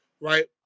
right